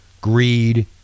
greed